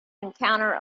encounter